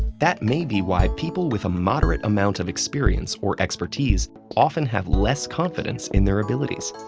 that may be why people with a moderate amount of experience or expertise often have less confidence in their abilities.